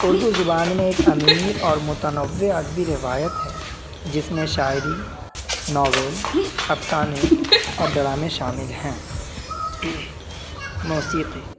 اردو زبان میں ایک امیر اور متنوع ادبی روایت ہے جس میں شاعری ناول افسانے اور ڈرامے شامل ہیں موسیقی